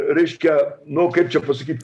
reiškia nu kaip čia pasakyt